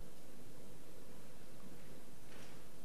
משפחת